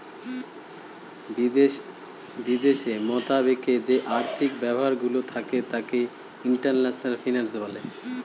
বিদেশ মতাবেকে যে অর্থনৈতিক ব্যাপারগুলো থাকে তাকে ইন্টারন্যাশনাল ফিন্যান্স বলে